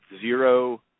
zero